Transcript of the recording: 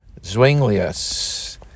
Zwinglius